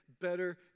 better